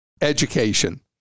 education